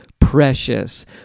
precious